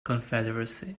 confederacy